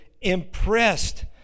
impressed